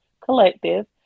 Collective